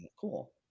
cool